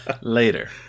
later